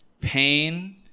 pain